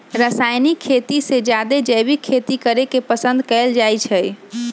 रासायनिक खेती से जादे जैविक खेती करे के पसंद कएल जाई छई